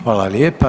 Hvala lijepa.